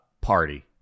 party